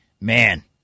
man